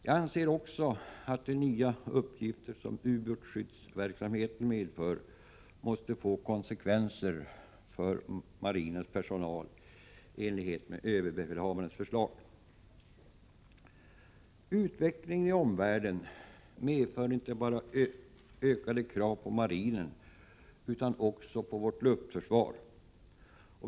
Jag anser också att de nya uppgifter som ubåtsskyddsverksamheten medför måste få konsekvenser för marinens personal i enlighet med ÖB:s förslag. Utvecklingen i omvärlden medför större krav inte bara på marinen utan också på vårt luftförsvar.